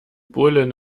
bullen